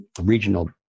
regional